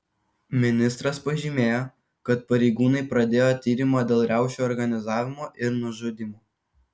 ministras pažymėjo kad pareigūnai pradėjo tyrimą dėl riaušių organizavimo ir nužudymo